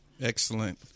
Excellent